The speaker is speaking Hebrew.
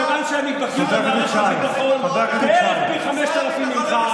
מכיוון שאני בקי במערכת הביטחון בערך פי 5,000 ממך.